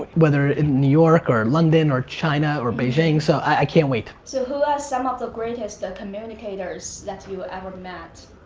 whether in new york or london or china or beijing, so i can't wait. so who are some of the greatest ah communicators that you ah ever met?